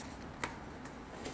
oh I use before not bad not bad